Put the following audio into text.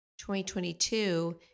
2022